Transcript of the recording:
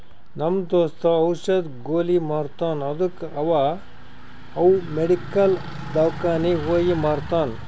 ನಮ್ ದೋಸ್ತ ಔಷದ್, ಗೊಲಿ ಮಾರ್ತಾನ್ ಅದ್ದುಕ ಅವಾ ಅವ್ ಮೆಡಿಕಲ್, ದವ್ಕಾನಿಗ್ ಹೋಗಿ ಮಾರ್ತಾನ್